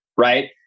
right